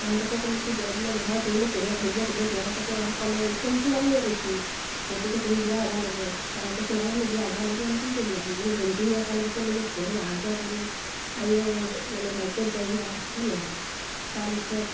তাহুন দুয়োকে কল্লু কি দে বোলে নহয় তুহুন ত' পেহীয়েক ভাইজাক হ'লিও তুহাক ইতা ত' সকলোৱে প্ৰেম খেলা বুলিয়ে কৈছি গতিকে তুহুন বিয়া হ'বা লাগবো তাহুন কৈছি নাই আমি বিয়া হ'বা নৰো আমি কিনকে বিয়া হ'ম আমি বন্ধুহে একেলগে কলেজত পঢ়ো আহা যাৱা কৰোঁ তায়ো মানে বাইকত যায় সিয়াৰ তেনেহেন তাৰপিছত